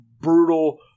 brutal